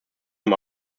vom